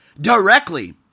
directly